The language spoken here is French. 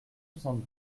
soixante